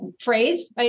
phrase